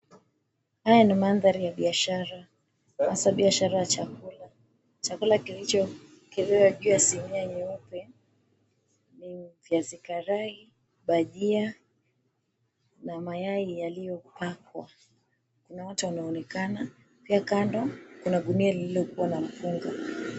Haya ni mandhari ya biashara haswa biashara ya chakula. Chakula kilichoekelewa juu ya sinia nyeupe ni viazi karai, bhajia na mayai yaliyopakwa. Kuna watu wanaonekana pia kando kuna gunia liliokuwa na mkunga.